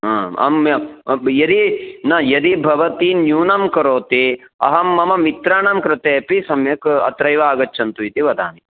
अम् यदि न यदि भवती न्यूनं करोति अहं मम मित्राणां कृते अपि सम्यक् अत्रैव आगच्छन्तु इति वदामि